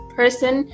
person